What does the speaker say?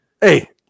Hey